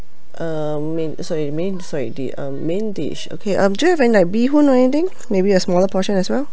um main sorry main sorry the um main dish okay um do you have anything like bee hoon or anything maybe a smaller portion as well